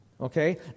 Okay